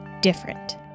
different